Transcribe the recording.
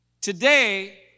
Today